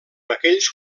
aquells